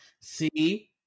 See